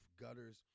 gutters